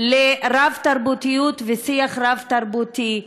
לרב-תרבותיות ושיח רב-תרבותי.